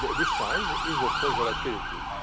this size is what's called volatility.